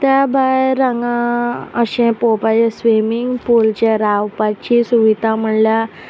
त्या भायर हांगा अशें पोंवपाक स्विमींग पुलाचे रावपाची सुविधा म्हणल्यार